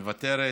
מוותרת,